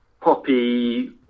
poppy